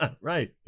Right